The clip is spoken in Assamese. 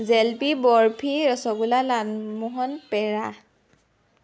জেলেপী বৰফি ৰসগোল্লা লালমোহন পেৰা